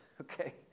okay